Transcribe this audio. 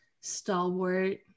stalwart